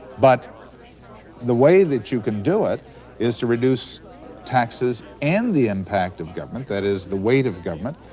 but the way that you can do it is to reduce taxes and the impact of government, that is, the weight of government,